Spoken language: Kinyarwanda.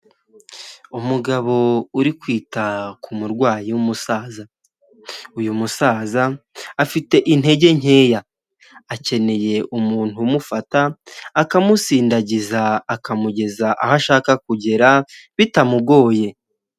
Umugabo uri kwita ku murwayi w'umusaza, uyu musaza afite intege nkeya akeneye umuntu umufata akamusindagiza akamugeza aho ashaka kugera bitamugoye.